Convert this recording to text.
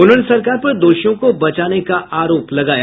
उन्होंने सरकार पर दोषियों को बचाने का आरोप लगाया